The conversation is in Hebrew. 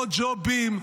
עוד ג'ובים,